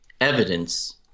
evidence